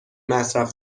مصرف